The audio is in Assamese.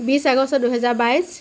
বিশ আগষ্ট দুহেজাৰ বাইছ